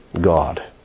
God